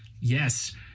Yes